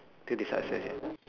till they success ya